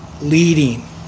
leading